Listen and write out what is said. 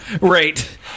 Right